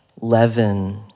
leaven